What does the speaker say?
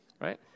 right